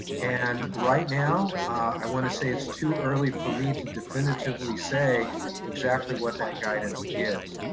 and right now i wanna say it's too early for me to definitively say exactly what that guidance is.